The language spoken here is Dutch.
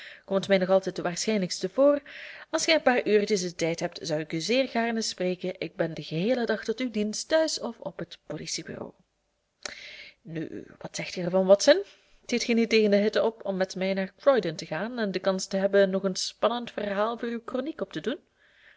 komt mij nog altijd het waarschijnlijkst voor als gij een paar uurtjes den tijd hebt zou ik u zeer gaarne spreken ik ben den geheelen dag tot uw dienst thuis of op het politiebureau nu wat zegt ge er van watson ziet ge niet tegen de hitte op om met mij naar croydon te gaan en de kans te hebben nog een spannend verhaal voor uw kroniek op te doen